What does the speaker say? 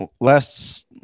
Last